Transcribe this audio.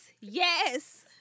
Yes